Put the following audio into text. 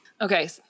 Okay